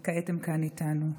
וכעת הם כאן איתנו.